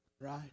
right